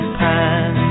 pan